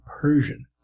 Persian